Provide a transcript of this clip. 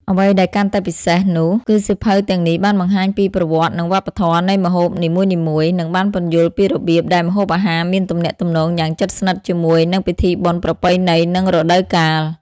អ្វីដែលកាន់តែពិសេសនោះ គឺសៀវភៅទាំងនេះបានបង្ហាញពី ប្រវត្តិ និងវប្បធម៌ នៃម្ហូបនីមួយៗ និងបានពន្យល់ពីរបៀបដែលម្ហូបអាហារមានទំនាក់ទំនងយ៉ាងជិតស្និទ្ធជាមួយនឹងពិធីបុណ្យប្រពៃណី និងរដូវកាល។